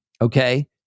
Okay